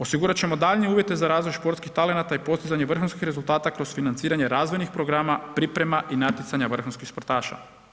Osigurat ćemo daljnje uvjete za razvoj športskih talenata i postizanje vrhunskih rezultata kroz financiranje razvojnih programa, priprema i natjecanja vrhunskih športaša.